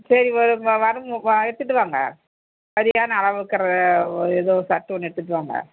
சரி எடுத்துகிட்டு வாங்க சரியான அளவு இருக்கிறதை எதோ சர்ட் ஒன்று எடுத்துகிட்டு வாங்க